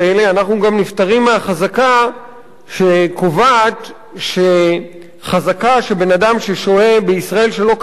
אנחנו גם נפטרים מהחזקה שקובעת שחזקה שבן-אדם שוהה בישראל שלא כדין,